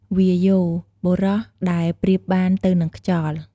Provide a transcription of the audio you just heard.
វាយោ បុរសដែលប្រៀបបានទៅនឹងខ្យល់។